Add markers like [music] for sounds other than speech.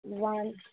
[unintelligible]